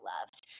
loved